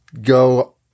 go